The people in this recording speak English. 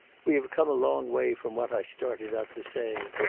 we have come a long way from what i started out to say.